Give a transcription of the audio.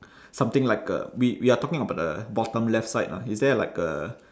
something like a we we are talking about the bottom left side ah is there like a